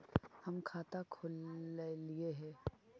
हम खाता खोलैलिये हे?